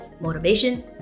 motivation